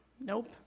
nope